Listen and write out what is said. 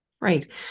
Right